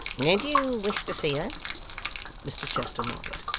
did you wish to see her mr chester nodded.